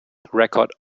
record